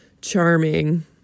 charming